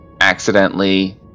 accidentally